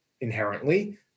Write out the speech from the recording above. inherently